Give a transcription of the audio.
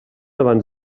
abans